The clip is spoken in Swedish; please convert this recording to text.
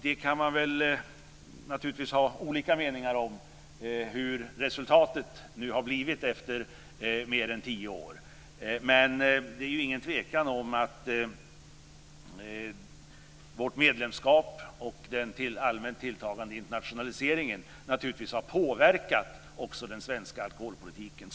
Man kan naturligtvis ha olika meningar om hur resultatet har blivit nu efter mer än tio år. Men det är ju ingen tvekan om att Sveriges medlemskap och den allmänt tilltagande internationaliseringen har påverkat den svenska alkoholpolitiken.